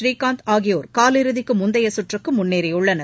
புரீகாந்த் ஆகியோர் காலிறுதிக்கு முந்தைய சுற்றுக்கு முன்னேறியுள்ளனர்